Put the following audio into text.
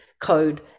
code